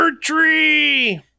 tree